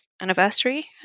anniversary